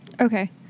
Okay